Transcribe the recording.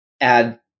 add